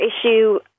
issue